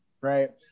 right